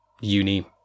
Uni